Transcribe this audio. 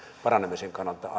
paranemisen kannalta